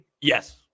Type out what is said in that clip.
Yes